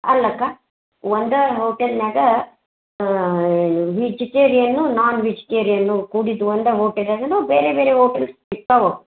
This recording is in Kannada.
ಅಲ್ಲಕ್ಕ ಒಂದು ಹೋಟೆಲ್ನ್ಯಾಗ ವಿಜಿಟೇರಿಯನ್ ನಾನ್ ವಿಜಿಟೇರಿಯನ್ನು ಕೂಡಿದ್ದು ಒಂದು ಹೋಟೆಲ್ನ್ಯಾಗನ ಬೇರೆ ಬೇರೆ ಹೋಟೆಲ್ ಸಿಗ್ತಾವ